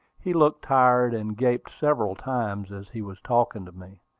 he looked tired, and gaped several times as he was talking to me.